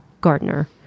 Gardner